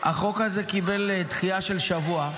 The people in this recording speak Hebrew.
החוק הזה קיבל דחייה של שבוע.